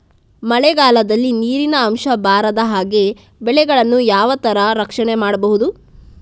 ಮಳೆಗಾಲದಲ್ಲಿ ನೀರಿನ ಅಂಶ ಬಾರದ ಹಾಗೆ ಬೆಳೆಗಳನ್ನು ಯಾವ ತರ ರಕ್ಷಣೆ ಮಾಡ್ಬಹುದು?